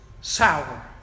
sour